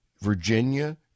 Virginia